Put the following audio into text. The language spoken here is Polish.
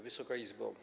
Wysoka Izbo!